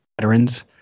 veterans